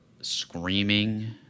screaming